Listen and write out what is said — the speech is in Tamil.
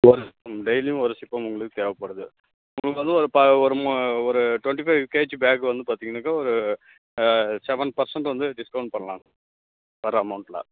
ஒரு சிப்பம் டெய்லியும் ஒரு சிப்பம் உங்களுக்கு தேவைப்படுது உங்களுக்கு வந்து ஒரு ஒரு ஒரு ட்வெண்ட்டி ஃபை கேஜி பேக் வந்து பார்த்தீங்கனாக்கா ஒரு செவன் பர்சண்ட்டு வந்து டிஸ்கவுண்ட் பண்ணலாம் வர்ற அமௌண்ட்டில்